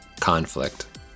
conflict